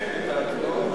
צריך לפרסם את ההצבעות.